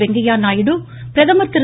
வெங்கைய்யா நாயுடு பிரதமர் திரு